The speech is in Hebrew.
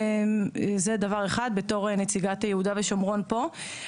זה דבר אחד, בתור נציגת יהודה ושומרון פה.